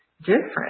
different